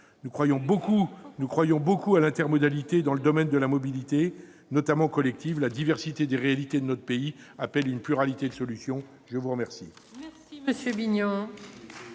Nous croyons beaucoup à l'intermodalité dans le domaine de la mobilité, notamment collective. La diversité des réalités de notre pays appelle une pluralité de solutions. La parole